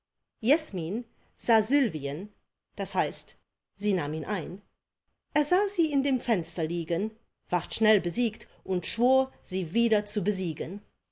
das heißt sie nahm ihn ein er sah sie in dem fenster liegen ward schnell besiegt und schwor sie wieder zu besiegen